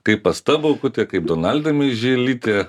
kaip asta baukutė kaip donalda meižylytė